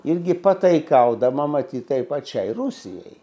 irgi pataikaudama matyt tai pačiai rusijai